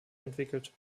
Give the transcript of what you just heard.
entwickelt